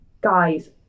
guys